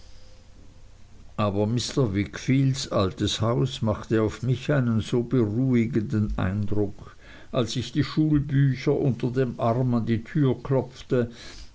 aber mr wickfields altes haus machte auf mich einen so beruhigenden eindruck als ich die schulbücher unter dem arm an die türe klopfte